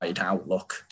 outlook